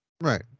Right